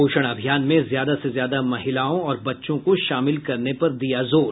पोषण अभियान में ज्यादा से ज्यादा महिलाओं और बच्चों को शामिल करने पर दिया जोर